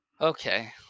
Okay